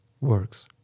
works